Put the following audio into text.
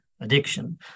addiction